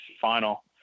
final